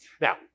Now